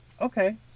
okay